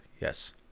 Yes